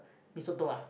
mee soto ah